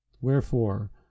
Wherefore